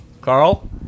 Carl